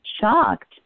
shocked